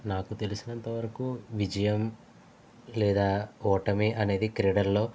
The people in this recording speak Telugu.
నాకు తెలిసినంత వరకు విజయం లేదా ఓటమి అనేది క్రీడలలో